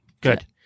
good